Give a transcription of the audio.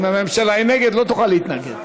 אם הממשלה היא נגד לא תוכל להתנגד.